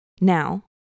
now